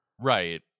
Right